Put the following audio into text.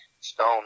Stone